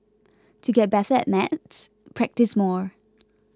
to get better at maths practise more